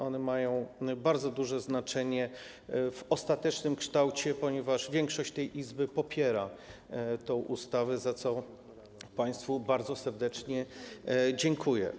One mają bardzo duże znaczenie w ostatecznym kształcie, ponieważ większość tej Izby popiera tę ustawę, za co państwu bardzo serdecznie dziękuję.